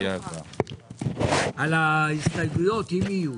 על ההסתייגויות, אם יהיו,